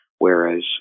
Whereas